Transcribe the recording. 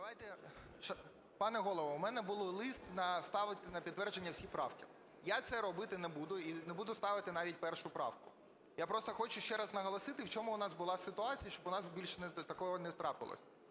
Я.І. Пане Голово, у мене був лист ставити на підтвердження всі правки. Я це робити не буду і не буду ставить навіть першу правку. Я просто хочу ще раз наголосити, в чому у нас була ситуація, щоб у нас більше такого не трапилося.